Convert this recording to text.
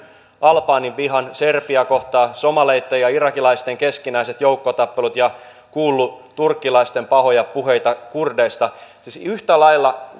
albaanin vihan serbiä kohtaan somaleitten ja irakilaisten keskinäiset joukkotappelut ja kuullut turkkilaisten pahoja puheita kurdeista yhtä lailla